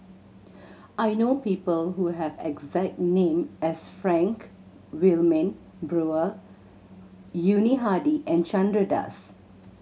I know people who have exact name as Frank Wilmin Brewer Yuni Hadi and Chandra Das